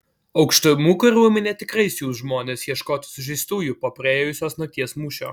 aukštumų kariuomenė tikrai siųs žmones ieškoti sužeistųjų po praėjusios nakties mūšio